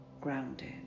grounded